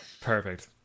Perfect